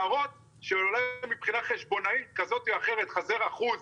להראות שאולי מבחינה חשבונאית כזאת או אחרת חסר אחוז,